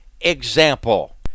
example